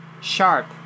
sharp